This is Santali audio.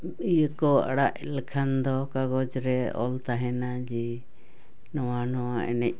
ᱤᱭᱟᱹ ᱠᱚ ᱟᱲᱟᱜ ᱞᱮᱠᱷᱟᱱ ᱫᱚ ᱠᱟᱜᱚᱡᱽ ᱨᱮ ᱚᱞ ᱛᱟᱦᱮᱱᱟ ᱡᱮ ᱱᱚᱣᱟ ᱱᱚᱣᱟ ᱮᱱᱮᱡ